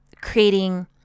creating